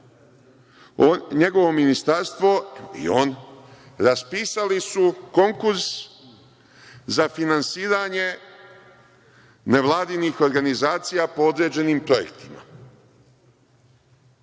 NJegovo ministarstvo i on raspisali su konkurs za finansiranje nevladinih organizacija po određenim projektima